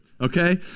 Okay